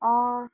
और